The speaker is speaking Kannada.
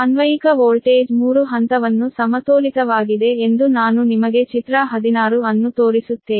ಅನ್ವಯಿಕ ವೋಲ್ಟೇಜ್ 3 ಹಂತವನ್ನು ಸಮತೋಲಿತವಾಗಿದೆ ಎಂದು ನಾನು ನಿಮಗೆ ಚಿತ್ರ 16 ಅನ್ನು ತೋರಿಸುತ್ತೇನೆ